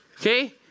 okay